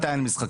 מתי אין משחקים.